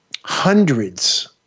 hundreds